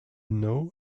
know